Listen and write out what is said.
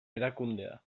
erakundea